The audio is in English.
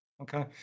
Okay